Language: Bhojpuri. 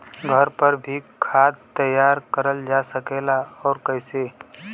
घर पर भी खाद तैयार करल जा सकेला और कैसे?